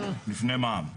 לפני מע"מ.